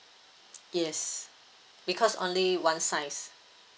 yes because only one size